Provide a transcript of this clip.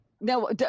no